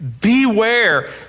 Beware